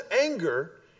anger